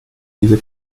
diese